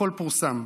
הכול פורסם,